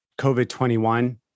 COVID-21